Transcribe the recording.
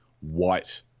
white